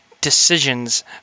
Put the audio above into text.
decisions